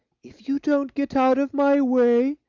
if you don't get out of my way,